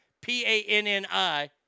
P-A-N-N-I